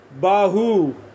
Bahu